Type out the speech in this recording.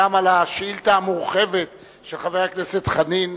גם על השאילתא המורחבת של חבר הכנסת חנין,